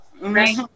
Right